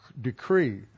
decree